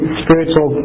spiritual